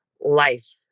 life